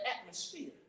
atmosphere